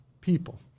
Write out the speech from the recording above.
people